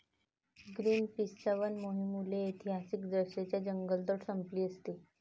ग्रीनपीसच्या वन मोहिमेमुळे ऐतिहासिकदृष्ट्या जंगलतोड संपली असती